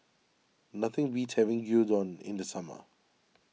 nothing beats having Gyudon in the summer